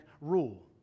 Rule